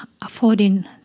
affording